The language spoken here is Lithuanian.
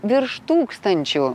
virš tūkstančių